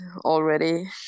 already